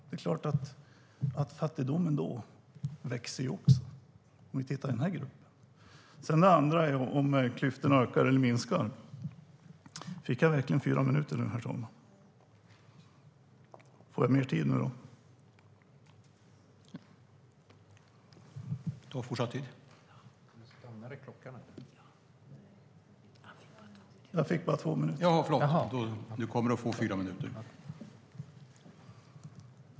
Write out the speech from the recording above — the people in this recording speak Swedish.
Det är klart att fattigdomen ökar i den gruppen. En annan fråga är om klyftorna verkligen ökar eller inte.